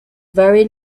very